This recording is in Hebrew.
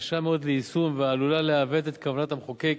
קשה מאוד ליישום ועלולה לעוות את כוונת המחוקק